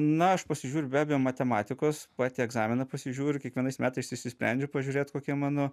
na aš pasižiūriu be abejo matematikos patį egzaminą pasižiūriu kiekvienais metais išsisprendžiu pažiūrėt kokie mano